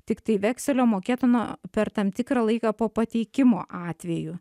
tiktai vekselio mokėtino per tam tikrą laiką po pateikimo atveju